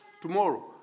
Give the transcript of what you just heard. Tomorrow